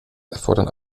erfordern